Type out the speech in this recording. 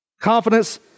confidence